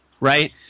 right